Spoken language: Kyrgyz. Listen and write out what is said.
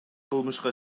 кылмышка